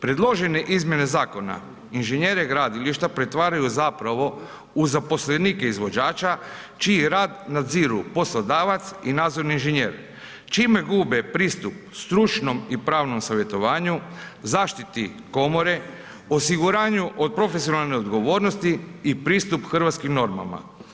Predložene izmjene zakona inženjere gradilišta pretvaraju zapravo u zaposlenike izvođača čiji rad nadziru poslodavac i nadzorni inženjer čime gube pristup stručnom i pravnom savjetovanju, zaštiti komore, osiguranju od profesionalne odgovornost i pristup hrvatskim normama.